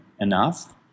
enough